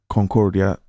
Concordia